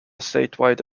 statewide